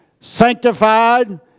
sanctified